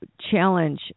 challenge